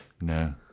No